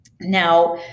Now